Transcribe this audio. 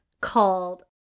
called